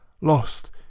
lost